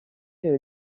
que